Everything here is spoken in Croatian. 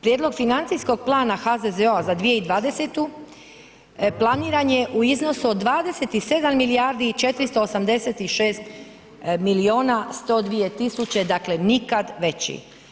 Prijedlog financijskog plana HZZO-a za 2020. planiran je u iznosu od 27 milijardi i 486 milijuna 102 000, dakle nikad veći.